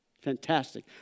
Fantastic